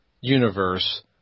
universe